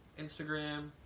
Instagram